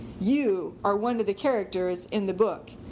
you are one of the characters in the book!